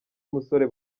musore